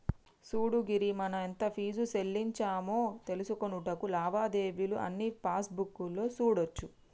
సూడు గిరి మనం ఎంత ఫీజు సెల్లించామో తెలుసుకొనుటకు లావాదేవీలు అన్నీ పాస్బుక్ లో సూడోచ్చు